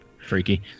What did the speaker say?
freaky